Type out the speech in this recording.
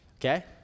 Okay